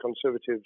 Conservatives